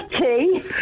tea